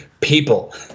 people